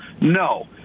No